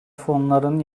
fonların